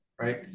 right